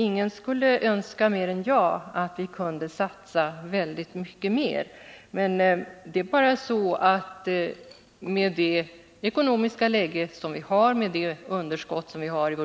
Ingen kan högre än jag önska att vi kunde satsa väldigt mycket mer. Men det är bara så att med det ekonomiska läge och det budgetunderskott som vi har